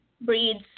breeds